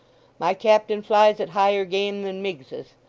my captain flies at higher game than miggses.